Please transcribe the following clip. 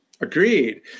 Agreed